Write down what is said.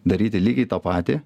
daryti lygiai tą patį